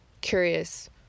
curious